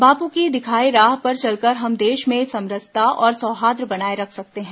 बापू की दिखाए राह पर चलकर हम देश में समरसता और सौहार्द बनाए रख सकते हैं